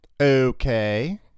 okay